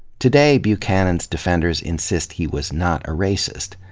today, buchanan's defenders insist he was not a racist.